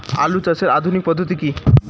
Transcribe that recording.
আলু চাষের আধুনিক পদ্ধতি কি?